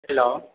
hello